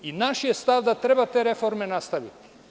Naš je stav da treba te reforme nastaviti.